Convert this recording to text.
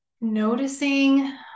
noticing